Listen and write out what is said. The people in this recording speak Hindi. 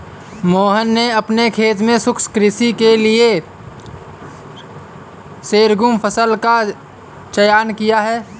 मोहन ने अपने खेत में शुष्क कृषि के लिए शोरगुम फसल का चयन किया है